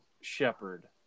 Shepard